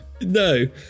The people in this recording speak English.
No